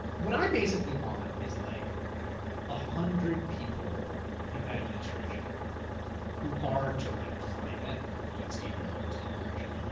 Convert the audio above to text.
what i basically want is like a hundred people in that administration who are to like climate what stephen miller is to immigration.